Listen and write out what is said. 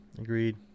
agreed